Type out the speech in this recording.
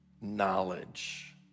knowledge